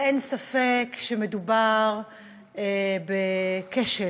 ואין ספק שמדובר בכשל